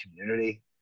community